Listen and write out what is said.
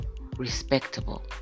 respectable